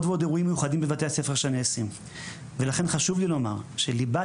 עוד ועוד אירועים מיוחדים בבתי הספר שנעשים ולכן חשוב לי לומר שליבת